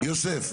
הבדואית,